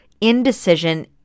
indecision